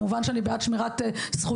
כמובן שאני בעד שמירה על זכויות.